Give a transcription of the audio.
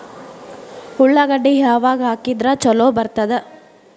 ಉಳ್ಳಾಗಡ್ಡಿ ಯಾವಾಗ ಹಾಕಿದ್ರ ಛಲೋ ಬರ್ತದ?